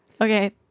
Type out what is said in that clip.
Okay